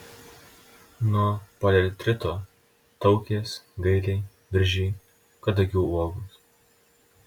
nuo poliartrito taukės gailiai viržiai kadagių uogos